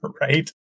Right